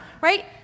Right